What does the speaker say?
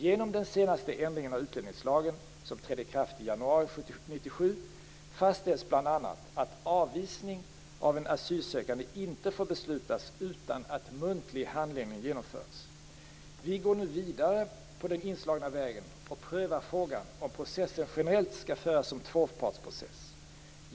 Genom den senaste ändringen av utlänningslagen , som trädde i kraft den 1 januari 1997, fastställs bl.a. att avvisning av en asylsökande inte får beslutas utan att muntlig handläggning genomförts. Vi går nu vidare på den inslagna vägen och prövar frågan om processen generellt skall föras som tvåpartsprocess.